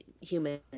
human